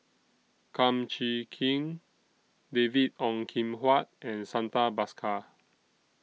Kum Chee Kin David Ong Kim Huat and Santha Bhaskar